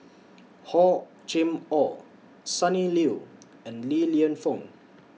Hor Chim Or Sonny Liew and Li Lienfung